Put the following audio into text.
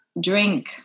drink